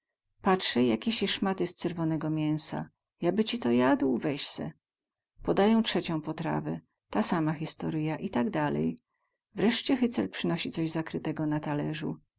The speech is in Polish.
patrzę jakiesi smaty z cyrwonego mięsa ja by ci to jadł weź se podają trzecią potrawę ta sama historyja i tak dalej wreście hycel przynosi coś zakrytego na talerzu